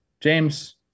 James